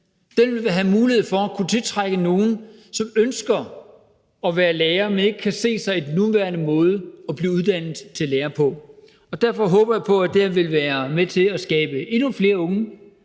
vil have mulighed for at kunne tiltrække nogle, som ønsker at være lærer, men som ikke kan se sig selv i den nuværende måde at blive uddannet til lærer på. Derfor håber jeg på, at det her vil være med til at skabe endnu flere unge,